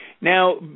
Now